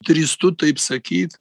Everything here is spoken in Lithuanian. drįstu taip sakyt